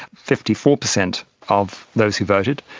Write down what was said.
fifty four percent of those who voted,